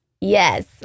Yes